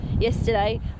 yesterday